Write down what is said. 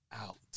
out